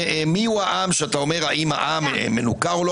מיהו העם, שאתה אומר, האם מנוכר או לא.